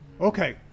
Okay